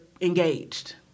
engaged